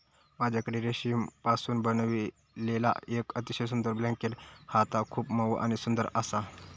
माझ्याकडे रेशीमपासून बनविलेला येक अतिशय सुंदर ब्लँकेट हा ता खूप मऊ आणि सुंदर आसा